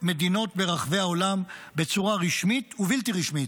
מדינות ברחבי העולם בצורה רשמית ובלתי רשמית,